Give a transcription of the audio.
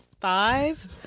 five